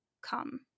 come